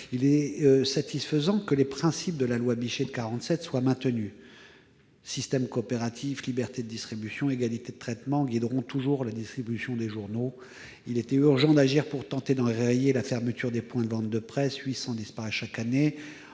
Il est satisfaisant que les principes de la loi Bichet de 1947 soient maintenus : système coopératif, liberté de distribution, égalité de traitement guideront toujours la distribution des journaux. Il était urgent d'agir pour tenter d'enrayer la fermeture des points de vente de presse, ce que ce